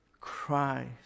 Christ